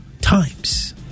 times